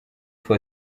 gusa